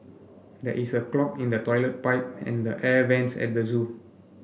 there is a clog in the toilet pipe and the air vents at the zoo